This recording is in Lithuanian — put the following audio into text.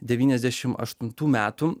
devyniasdešim aštuntų metų